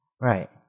Right